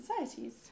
societies